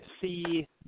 see